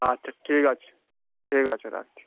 আচ্ছা ঠিক আছে ঠিক আছে রাখছি